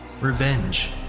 revenge